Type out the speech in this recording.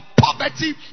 poverty